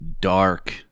Dark